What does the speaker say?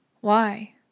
Why